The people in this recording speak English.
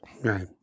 Right